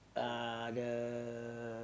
uh the